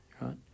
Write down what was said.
right